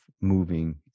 moving